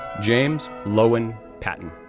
james loewen patton,